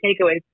takeaways